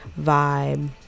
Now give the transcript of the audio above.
vibe